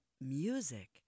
music